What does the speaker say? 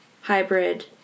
hybrid